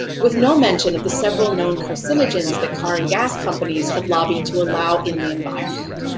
with no mention of the several known carcinogens that car and gas companies have lobbied to allow in the environment.